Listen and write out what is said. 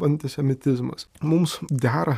antisemitizmas mums dera